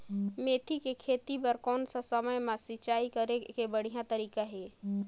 मेथी के खेती बार कोन सा समय मां सिंचाई करे के बढ़िया तारीक हे?